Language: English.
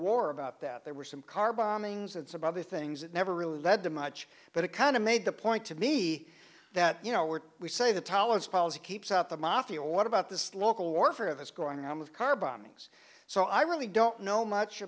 war about that there were some car bombings and some other things that never really led to much but it kind of made the point to me that you know what we say the tolerance policy keeps out the mafia a lot about this local warfare that's going on with car bombings so i really don't know much